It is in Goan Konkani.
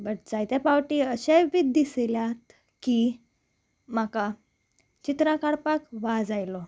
बट जायते फावटी अशेय बी दीस येयल्यात की म्हाका चित्रां काडपाक वाज आयलो